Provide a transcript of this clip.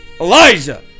Elijah